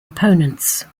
opponents